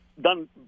done